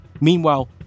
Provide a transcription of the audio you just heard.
Meanwhile